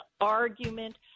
argument